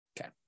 Okay